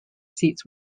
seats